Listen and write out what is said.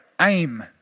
aim